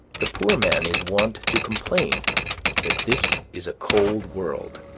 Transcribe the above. the poor man is wont to complain that this is a cold world